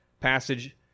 passage